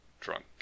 drunk